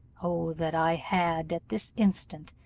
o that i had, at this instant,